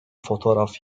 fotoğraf